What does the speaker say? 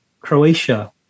Croatia